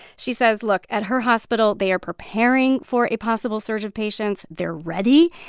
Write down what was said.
she says, look at her hospital, they are preparing for a possible surge of patients. they're ready.